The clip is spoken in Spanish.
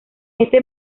este